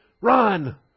run